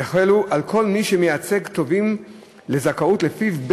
יחולו על כל מי שמייצג תובעים לזכאות לפיו,